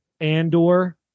Andor